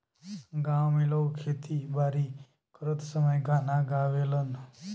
गांव में लोग खेती बारी करत समय गाना गावेलन